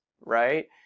right